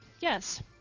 Yes